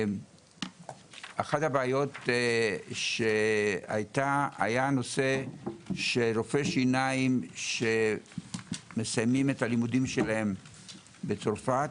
- אחת הבעיות שהיתה היא שרופאי שיניים שמסיימים את הלימודים שלהם בצרפת,